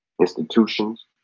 institutions